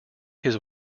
his